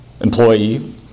employee